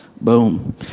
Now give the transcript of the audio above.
Boom